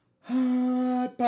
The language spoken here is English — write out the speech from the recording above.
hot